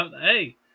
Hey